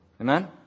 Amen